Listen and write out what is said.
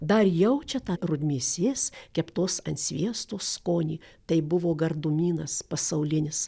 dar jaučia tą rudmėsės keptos ant sviesto skonį tai buvo gardumynas pasaulinis